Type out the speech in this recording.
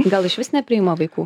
gal išvis nepriima vaikų